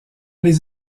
les